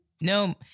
No